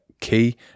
key